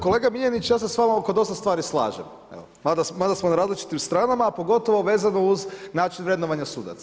Kolega Miljenić, ja se s vama oko dosta stvari slažem, ma da smo na različitim stranama, pogotovo vezano uz način vrednovanja sudaca.